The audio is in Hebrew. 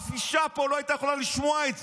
אף אישה פה לא הייתה יכולה לשמוע את זה.